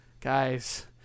Guys